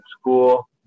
school